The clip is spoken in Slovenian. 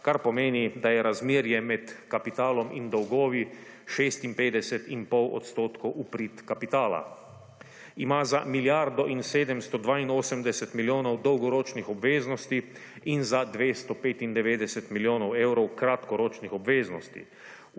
kar pomeni, da je razmerje med kapitalom in dolgovi 56,5 % v prid kapitala. Ima za milijardo in 782 milijonov dolgoročnih obveznosti in za 295 milijonov evrov kratkoročnih obveznosti.